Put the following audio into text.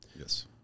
Yes